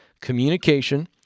COMMUNICATION